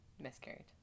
miscarried